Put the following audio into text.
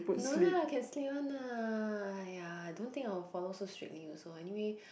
no lah can sleep one lah !aiya! I don't think I will follow so strictly also anyway